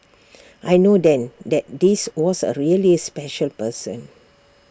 I know then that this was A really special person